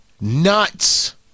nuts